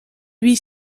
huit